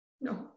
no